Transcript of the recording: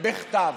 בכתב.